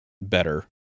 better